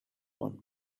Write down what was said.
one